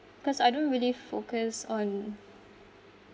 cause I don't really focus on